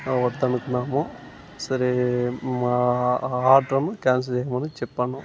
వద్దనుకున్నాము సరే మా order cancel చేయమని చెప్పాను